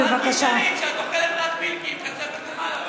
אם אפשר שיהיה שקט באולם, נו, באמת.